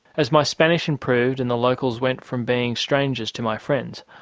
as my spanish improved and the locals went from being strangers to my friends,